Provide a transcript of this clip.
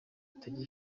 itajya